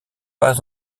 pas